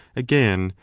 again,